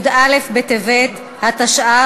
י"א בטבת התשע"ו,